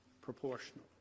proportional